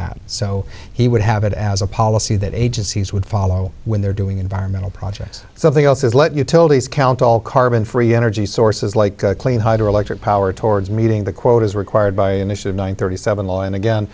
that so he would have it as a policy that agencies would follow when they're doing environmental projects something else is let utilities count all carbon free energy sources like clean hydroelectric power towards meeting the quotas required by emission one thirty seven law and again